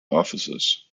officers